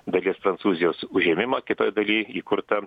dalies prancūzijos užėmimą kitoj daly įkurta